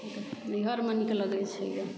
नैहरमे नीक लगै छै गऽ